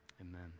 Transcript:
Amen